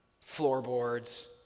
floorboards